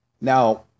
Now